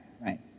right